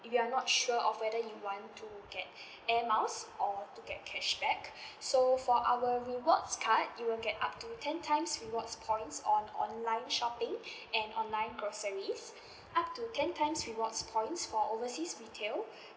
you are not sure of whether you want to get air miles or to get cashback so for our rewards card you will get up to ten times rewards points on online shopping and online groceries up to ten times rewards points for overseas retail